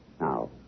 Now